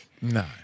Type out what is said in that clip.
No